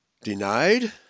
denied